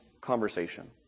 conversation